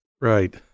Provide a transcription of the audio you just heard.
right